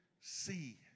see